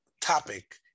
topic